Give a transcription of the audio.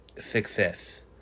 success